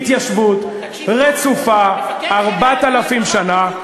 התיישבות רצופה, 4,000 שנה.